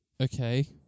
Okay